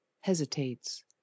hesitates